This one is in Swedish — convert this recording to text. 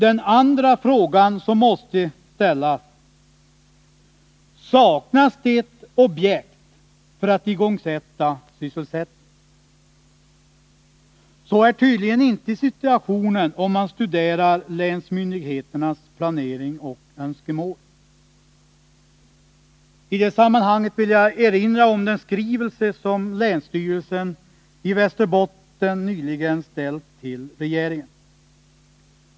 En annan fråga som måste ställas är: Saknas det objekt för att igångsätta sysselsättning? Så är tydligen inte situationen om man studerar länsmyndigheternas planering och önskemål. I det sammanhanget vill jag erinra om den skrivelse som länsstyrelsen i Västerbotten nyligen ställt till regeringen.